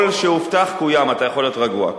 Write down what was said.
כל שהובטח קוים, אתה יכול להיות רגוע.